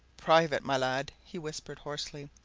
private, my lad! he whispered hoarsely.